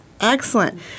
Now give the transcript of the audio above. Excellent